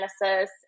analysis